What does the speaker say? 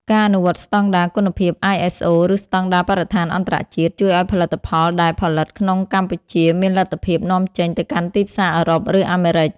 ការអនុវត្តស្តង់ដារគុណភាព ISO ឬស្តង់ដារបរិស្ថានអន្តរជាតិ ជួយឱ្យផលិតផលដែលផលិតក្នុងកម្ពុជាមានលទ្ធភាពនាំចេញទៅកាន់ទីផ្សារអឺរ៉ុប ឬអាមេរិក។